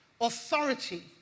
authority